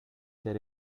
there